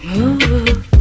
Move